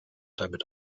damit